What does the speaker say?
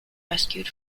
rescued